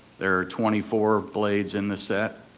there are twenty four blades in the set.